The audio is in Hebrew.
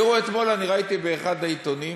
תראו, אתמול אני ראיתי באחד העיתונים